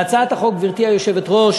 להצעת החוק, גברתי היושבת-ראש,